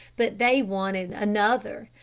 but they wanted another.